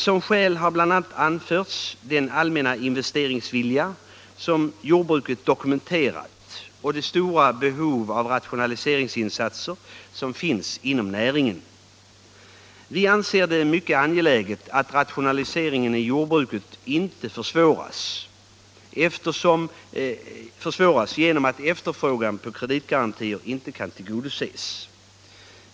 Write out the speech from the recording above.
Som skäl har bl.a. anförts den allmänna investeringsvilja som lantbrukarna dokumenterat och det stora behov av rationaliseringsinsatser som finns inom näringen. Vi anser det mycket angeläget att rationaliseringen i jordbruket inte försvåras genom att efterfrågan på kreditgarantier inte kan tillgodoses.